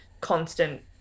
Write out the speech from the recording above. constant